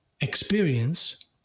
experience